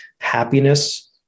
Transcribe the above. happiness